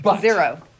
zero